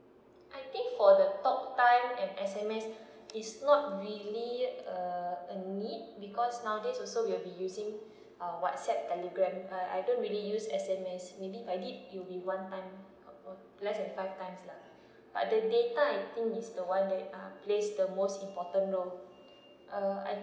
I think for the talk time and S_M_S is not really a a need because nowadays also we will be using uh WhatsApp Telegram I I don't really use S_M_S may be if I need will be one time uh less than five times lah but the data I think is the one that are plays the most important role uh I